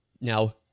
Now